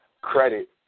credit